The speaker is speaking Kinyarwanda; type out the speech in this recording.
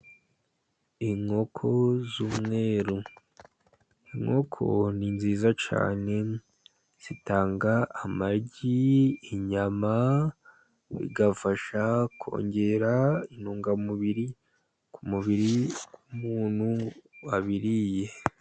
Inkoko z'umweru. inkoko ni nziza cyane zitanga amagi, inyama, bigafasha kongera intungamubiri ku mubiri w'umuntu wabiriye.